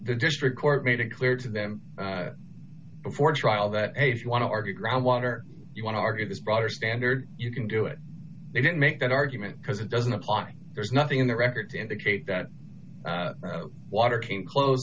the district court made it clear to them before trial that age you want to argue ground water you want to argue this broader standard you can do it they don't make that argument because it doesn't apply there's nothing in the record to indicate that water came close